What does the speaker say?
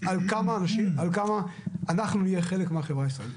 על כמה אנחנו נהיה חלק מהחברה הישראלית.